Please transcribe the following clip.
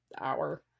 hour